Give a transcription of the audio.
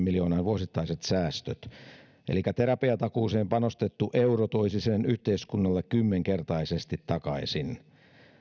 miljoonan vuosittaiset säästöt elikkä terapiatakuuseen panostettu euro toisi sen yhteiskunnalle kymmenkertaisesti takaisin